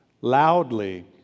loudly